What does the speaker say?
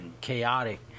chaotic